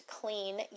clean